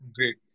Great